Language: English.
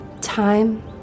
Time